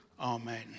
Amen